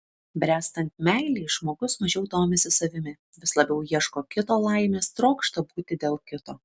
bręstant meilei žmogus mažiau domisi savimi vis labiau ieško kito laimės trokšta būti dėl kito